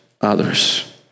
others